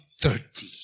thirty